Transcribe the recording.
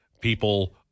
people